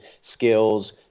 skills